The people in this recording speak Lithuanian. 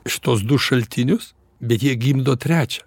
šituos du šaltinius bet jie gimdo trečią